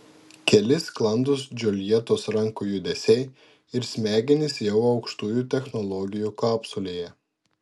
keli sklandūs džiuljetos rankų judesiai ir smegenys jau aukštųjų technologijų kapsulėje